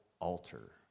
altar